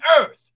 earth